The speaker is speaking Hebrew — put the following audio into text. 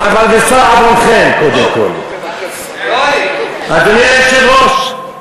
ואני מציע לכם,